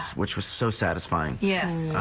which was so satisfied. yes,